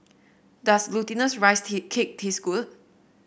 does Glutinous Rice Cake taste good